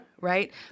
right